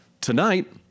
tonight